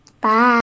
Bye